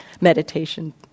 meditation